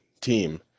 team